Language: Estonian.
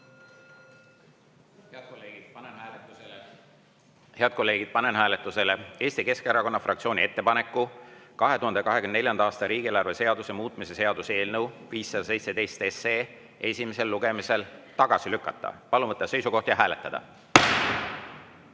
ettevalmistamise juurde. Head kolleegid, panen hääletusele Eesti Keskerakonna fraktsiooni ettepaneku 2024. aasta riigieelarve seaduse muutmise seaduse eelnõu 517 esimesel lugemisel tagasi lükata. Palun võtta seisukoht ja hääletada!